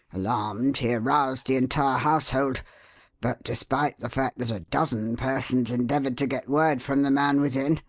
alarmed, he aroused the entire household but despite the fact that a dozen persons endeavoured to get word from the man within,